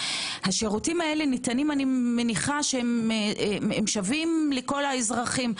הם ניתנים מניחה שהם שווים לכל האזרחים,